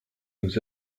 nous